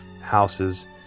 houses